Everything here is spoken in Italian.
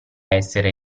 essere